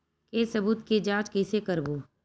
के सबूत के जांच कइसे करबो?